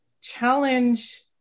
challenge